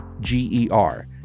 G-E-R